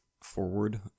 forward